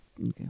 Okay